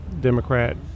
Democrat